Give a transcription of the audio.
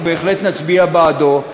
אנחנו בהחלט נצביע בעדו,